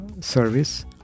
service